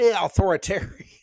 authoritarian